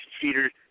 cheaters